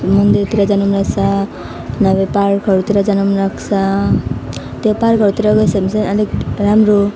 मन्दिरतिर जान मनलाग्छ नभए पार्कहरूतिर जान मनलाग्छ त्यो पार्कहरूतिर गएछ भने चाहिँ अलिक राम्रो हो